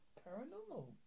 paranormal